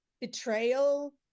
betrayal